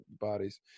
bodies